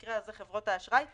ובמקרה הזה חברות האשראי והבנקים.